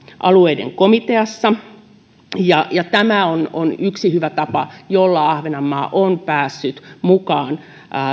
alueiden komiteassa tämä on on yksi hyvä tapa jolla ahvenanmaa on päässyt mukaan